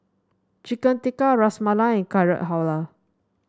Chicken Tikka Ras Malai Carrot Halwa